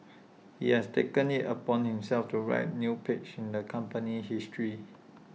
he has taken IT upon himself to write new pages in the company's history